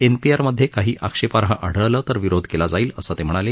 NPR मध्ये काही आक्षेपार्ह आढळलं तर विरोध केला जाईल असं ते म्हणाले